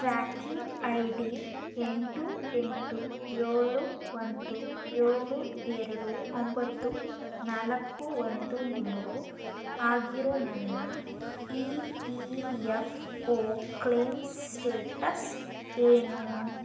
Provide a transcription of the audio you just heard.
tracking I D ಎಂಟು ಎಂಟು ಏಳು ಒಂದು ಏಳು ಎರಡು ಒಂಬತ್ತು ನಾಲ್ಕು ಒಂದು ಮೂರು ಆಗಿರೋ ನನ್ನ E P F O claim status ಏನು